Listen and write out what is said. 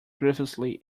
grievously